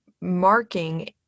marking